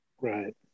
Right